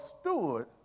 steward